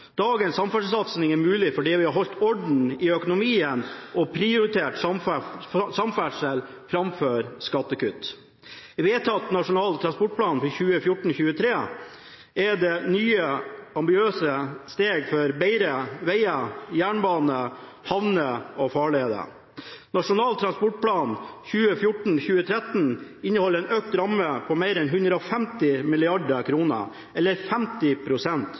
Dagens samferdselssatsing er mulig fordi vi har holdt orden i økonomien og prioritert samferdsel framfor skattekutt. I vedtatt Nasjonal transportplan 2014–2023 er det nye ambisiøse steg for bedre veier, jernbane, havner og farleder. Nasjonal transportplan 2014–2023 inneholder en økt ramme på mer enn 150 mrd. kr, eller